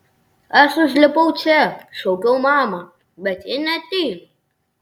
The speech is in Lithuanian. aš užlipau čia šaukiau mamą bet ji neateina